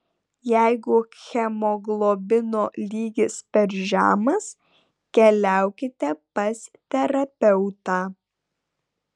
jeigu hemoglobino lygis per žemas keliaukite pas terapeutą